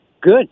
Good